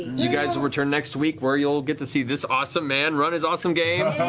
you guys will return next week, where you'll get to see this awesome man run his awesome game!